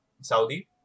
Saudi